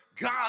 God